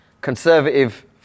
Conservative